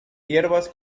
hierbas